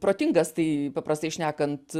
protingas tai paprastai šnekant